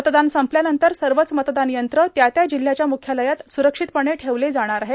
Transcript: मतदान संपल्यानंतर सर्वच मतदानयंत्रे त्या त्या जिल्ह्याच्या मुख्यालयात सुरक्षितपणे ठेवल्या जाणार आहे